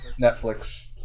Netflix